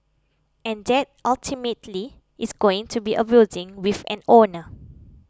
and that ultimately is going to be a building with an owner